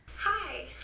Hi